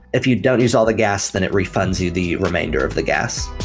if you don't use all the gas, then it refunds you the remainder of the gas.